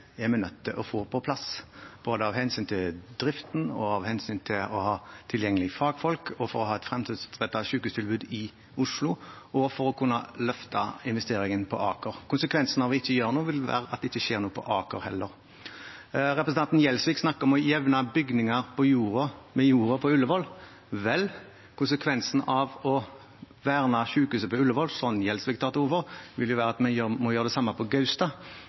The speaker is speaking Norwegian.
av hensyn til å ha tilgjengelig fagfolk, for å ha et fremtidsrettet sykehustilbud i Oslo og for å kunne løfte investeringen på Aker. Konsekvensene av ikke å gjøre noe, vil være at det ikke skjer noe på Aker heller. Representanten Gjelsvik snakker om å jevne bygninger med jorda på Ullevål. Vel, konsekvensen av å verne sykehuset på Ullevål, som Gjelsvik tar til orde for, vil være at vi må gjøre det samme på Gaustad.